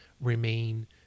remain